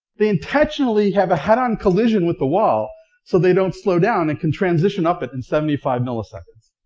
they intentionally have a head-on collision with the wall so they don't slow down and can transition up it in seventy five milliseconds.